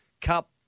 Cup